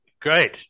great